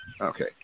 okay